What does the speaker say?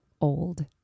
old